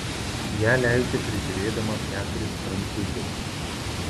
ją leidžia prižiūrėdama keturis prancūziukus